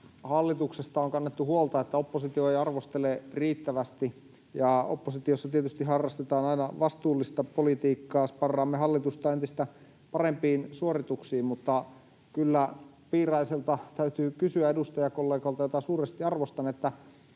hallituksesta on kannettu huolta, että oppositio ei arvostele riittävästi. Oppositiossa tietysti harrastetaan aina vastuullista politiikkaa. Sparraamme hallitusta entistä parempiin suorituksiin, mutta kyllä Piiraiselta täytyy kysyä, edustajakollegalta, jota suuresti arvostan,